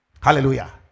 Hallelujah